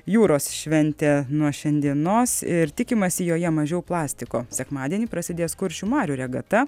jūros šventė nuo šiandienos ir tikimasi joje mažiau plastiko sekmadienį prasidės kuršių marių regata